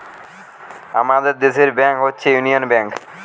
আমাদের দেশের একটা ব্যাংক হচ্ছে ইউনিয়ান ব্যাঙ্ক